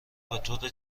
بطور